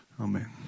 Amen